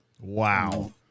Wow